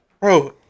Bro